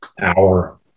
hour